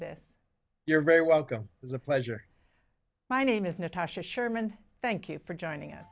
this you're very welcome it's a pleasure my name is natasha sherman thank you for joining us